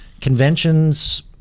Conventions